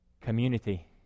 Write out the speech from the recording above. Community